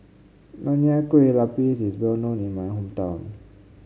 Nonya Kueh Lapis is well known in my hometown